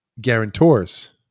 guarantors